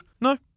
No